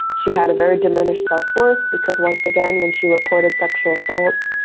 she had a very diminished self-worth because once again when she reported sexual assaults,